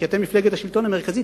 כי אתם מפלגת השלטון המרכזית,